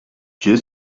dieu